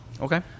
Okay